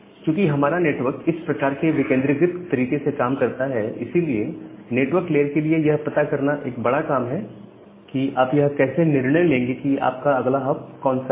चूकि हमारा नेटवर्क इस प्रकार के विकेंद्रीकृत तरीके से काम करता है इसलिए नेटवर्क लेयर के लिए यह यह पता करना एक बड़ा काम है कि आप यह कैसे निर्णय लेंगे कि आपका अगला हॉप कौन सा है